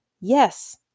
yes